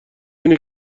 اینه